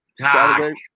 Saturday